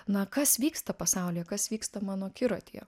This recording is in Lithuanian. na kas vyksta pasaulyje kas vyksta mano akiratyje